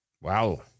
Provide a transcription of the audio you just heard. Wow